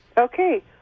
Okay